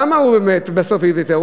למה הוא באמת, בסוף ויתר?